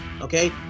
Okay